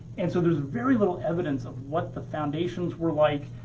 and so, there's very little evidence of what the foundations were like,